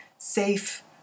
Safe